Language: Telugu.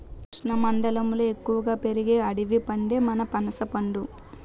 ఉష్ణమండలంలో ఎక్కువగా పెరిగే అడవి పండే మన పనసపండు